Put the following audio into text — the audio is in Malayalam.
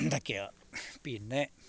ഇതൊക്കെയാണ് പിന്നെ